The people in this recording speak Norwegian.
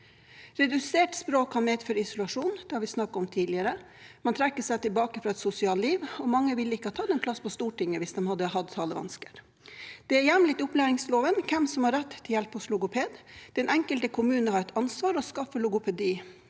Redusert språk kan medføre isolasjon. Det har vi snakket om tidligere. Man trekker seg tilbake fra sosialt liv. Mange ville ikke ha tatt en plass på Stortinget hvis de hadde hatt talevansker. Det er hjemlet i opplæringsloven hvem som har rett til hjelp hos logoped. Den enkelte kommune har et ansvar for å skaffe logopedisk